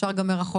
אפשר גם מרחוק.